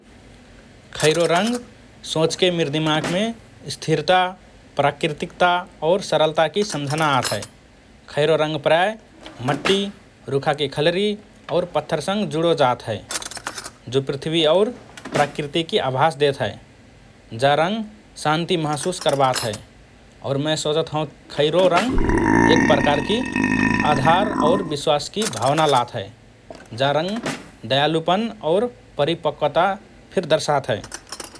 खैरो रंग सोचके मिर दिमागमे स्थिरता, प्राकृतिकता और सरलताकि सम्झना आत हए । खैरो रंग प्रायः मट्टि, रुखाकि खलरि और पत्थरसंग जुडो जात हए, जो पृथ्वी और प्रकृतिकि अभास देत हए । जा रंग शान्ति महसुस करबात हए और मए सोचत हओँ खैरो रंग एक प्रकारकि आधार और विश्वासकि भावना लात हए । जा रंग दयालुपन और परिपक्वता फिर दर्शात हए ।